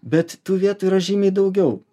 bet tų vietų yra žymiai daugiau